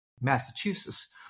Massachusetts